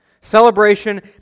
Celebration